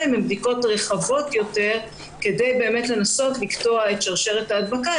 הן בדיקות רחבות יותר כדי לנסות לקטוע את שרשרת ההדבקה.